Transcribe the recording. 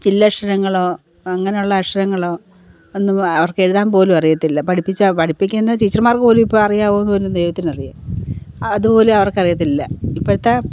ചില്ലക്ഷരങ്ങളോ അങ്ങനെയുള്ള അക്ഷരങ്ങളോ ഒന്നും അവർക്ക് എഴുതാൻ പോലും അറിയത്തില്ല പഠിപ്പിച്ചാൽ പഠിപ്പിക്കുന്ന ടീച്ചർമാർക്ക് പോലും ഇപ്പം അറിയാമോ എന്നുപോലും ദൈവത്തിന് അറിയാം അതുപോലും അവർക്ക് അറിയത്തില്ല ഇപ്പോഴത്തെ